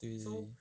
对对对